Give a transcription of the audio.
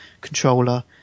controller